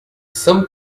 some